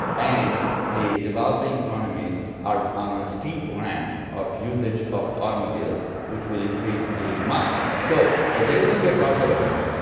and the developing economies are on on a steep ramp of usage of automobiles which will increase the demand. so there is going to be a crossover point,